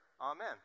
amen